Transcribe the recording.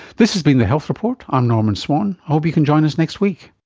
this has been the health report, i'm norman swan, hope you can join us next week